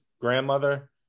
grandmother